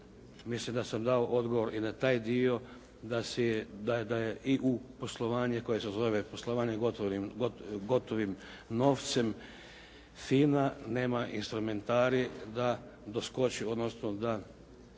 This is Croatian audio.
mislim da sam dao odgovor i na taj dio, da je i u poslovanje koje se zove poslovanje gotovim novcem FINA nema instrumentarij da doskoči, odnosno da